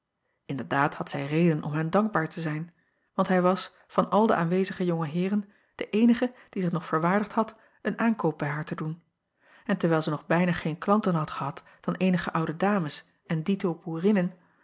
nderdaad had zij reden om hem dankbaar te zijn want hij was van al de aanwezige jonge eeren de eenige die zich nog verwaardigd had een aankoop bij haar te doen en terwijl zij nog bijna geen klanten had gehad dan eenige oude dames acob van ennep laasje evenster delen en dito boerinnen